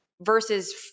versus